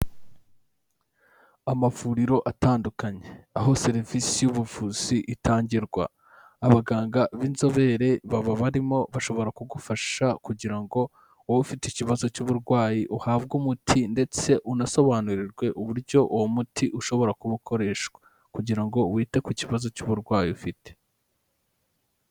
Amavuriro atandukanye, aho serivisi y'ubuvuzi itangirwa, abaganga b'inzobere baba barimo bashobora kugufasha kugira ngo wowe ufite ikibazo cy'uburwayi uhabwe umuti ndetse unasobanurirwe uburyo uwo muti ushobora kuba ukoreshwa kugira ngo wite ku kibazo cy'uburwayi ufite.